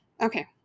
Okay